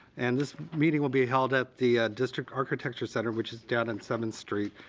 and this meeting will be held at the district architecture center, which is down on seventh street,